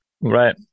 Right